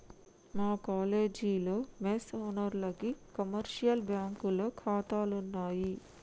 మా కాలేజీలో మెస్ ఓనర్లకి కమర్షియల్ బ్యాంకులో ఖాతాలున్నయ్